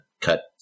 cut